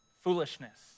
foolishness